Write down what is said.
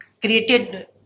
created